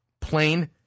Plain